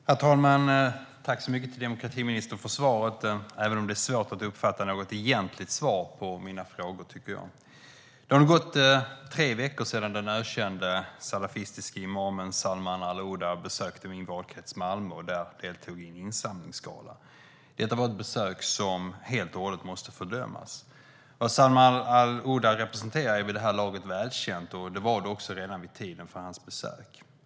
Herr talman! Jag tackar demokratiministern för svaret, även om det är svårt att uppfatta något egentligt svar på mina frågor. Det har gått tre veckor sedan den ökände salafistiske imamen Salman al-Ouda besökte min valkrets Malmö och där deltog i en insamlingsgala. Det var ett besök som helt och hållet måste fördömas. Vad Salman al-Ouda representerar är vid det här laget välkänt, och det var det också vid tiden för hans besök.